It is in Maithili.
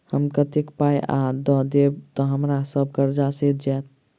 हम कतेक पाई आ दऽ देब तऽ हम्मर सब कर्जा सैध जाइत?